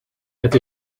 het